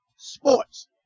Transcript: sports